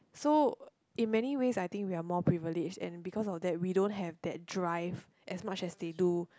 so in many ways I think we are more privileged and because of that we don't have that drive as much as they do